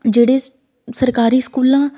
ਜਿਹੜੇ ਸਰਕਾਰੀ ਸਕੂਲਾਂ